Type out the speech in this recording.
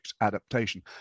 adaptation